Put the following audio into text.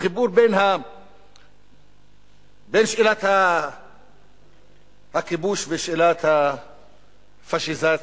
החיבור בין שאלת הכיבוש ושאלת הפאשיזציה,